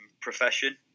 profession